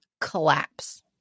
collapse